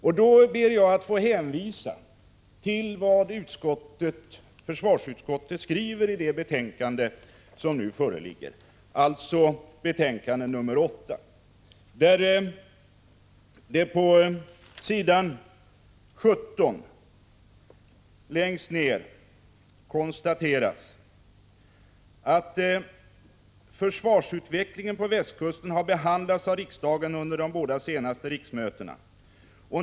Jag ber att få hänvisa till vad försvarsutskottet skriver i det betänkande som nu föreligger, nr 8. Längst ned på s. 17 99 konstateras: ”Försvarsutvecklingen på västkusten har behandlats av riksdagen under de båda senaste riksmötena ———.